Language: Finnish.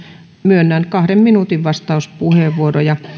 myönnän kahden minuutin vastauspuheenvuoroja